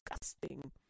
disgusting